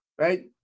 right